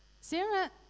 Sarah